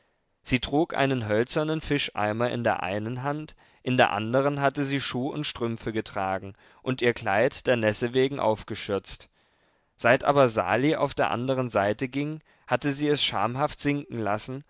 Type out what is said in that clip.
sie trug einen hölzernen fischeimer in der einen hand in der andern hatte sie schuh und strümpfe getragen und ihr kleid der nässe wegen aufgeschürzt seit aber sali auf der andern seite ging hatte sie es schamhaft sinken lassen